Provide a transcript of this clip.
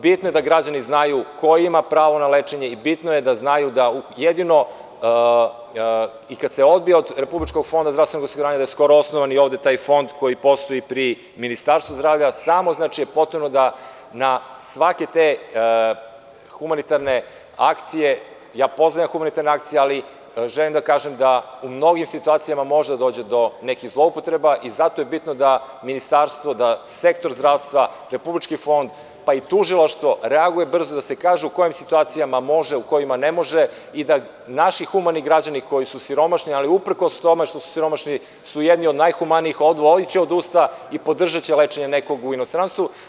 Bitno je da građani znaju ko ima pravo na lečenje i bitno je da znaju da jedino i kada se odbija od RFZO da je skoro osnovan i ovde taj fond koji postoji pri Ministarstvu zdravlja, samo znači da je potrebno da na svake te humanitarne akcije, ja pozdravljam humanitarne akcije, ali želim da kažem da u mnogim situacijama može da dođe do nekih zloupotreba i zato je bitno da ministarstvo, da sektor zdravstva, Republički fond, pa i tužilaštvo reaguje brzo, da se kaže u kojom se situacijama može, a u kojima ne može i da naši humani građani koji su siromašni, ali uprkos tome što su siromašni su jedni od najhumanijih, odvojiće od usta i podržaće lečenje nekog u inostranstvu.